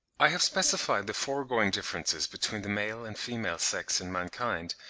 i have specified the foregoing differences between the male and female sex in mankind,